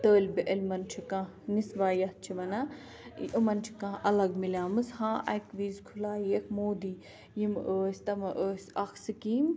طٲلبہِ علمَن چھِ کانٛہہ نسواں یَتھ چھِ وَنان یِمَن چھِ کانٛہہ اَلَگ مِلیامٕژ ہاں اَکہِ وِز خُلایَکھ موٗدی یِم ٲسۍ تِم ٲسۍ اَکھ سِکیٖم